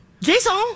Jason